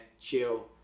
chill